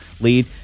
lead